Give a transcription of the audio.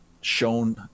shown